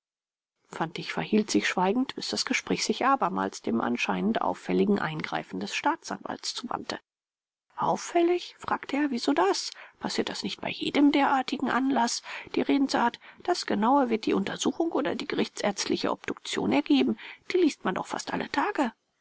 fantig verhielt sich schweigsam bis das gespräch sich abermals dem anscheinend auffälligen eingreifen des staatsanwalts zuwandte auffällig fragte er wieso das passiert das nicht bei jedem derartigen anlaß die redensart das genaue wird die untersuchung oder die gerichtsärztliche obduktion ergeben die liest man doch fast alle tage